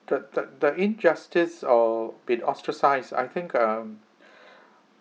the the the injustice or being ostracised I think um